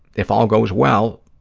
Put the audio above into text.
if all goes well,